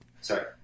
Sorry